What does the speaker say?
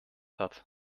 hat